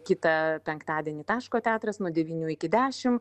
kitą penktadienį taško teatras nuo devynių iki dešimt